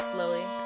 lily